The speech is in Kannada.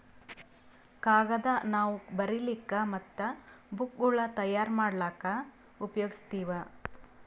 ಕಾಗದ್ ನಾವ್ ಬರಿಲಿಕ್ ಮತ್ತ್ ಬುಕ್ಗೋಳ್ ತಯಾರ್ ಮಾಡ್ಲಾಕ್ಕ್ ಉಪಯೋಗಸ್ತೀವ್